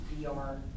VR